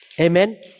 Amen